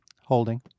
Holding